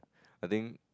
I think